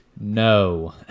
No